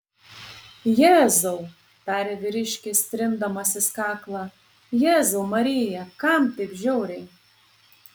jėzau tarė vyriškis trindamasis kaklą jėzau marija kam taip žiauriai